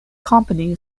company